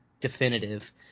definitive